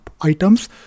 items